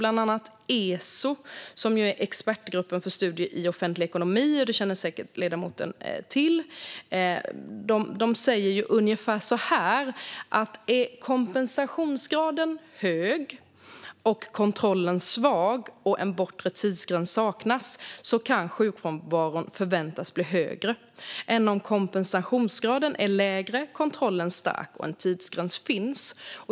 Bland annat säger ESO - Expertgruppen för studier i offentlig ekonomi, som ledamoten säkert känner till - ungefär så här: Om kompensationsgraden är hög, kontrollen är svag och en bortre tidsgräns saknas kan sjukfrånvaron förväntas bli högre än om kompensationsgraden är lägre, kontrollen är stark och en tidsgräns finns.